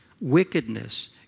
wickedness